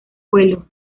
vuelo